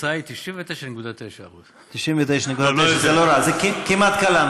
התוצאה היא 99.9%. 99.9% זה לא רע, כמעט קלענו.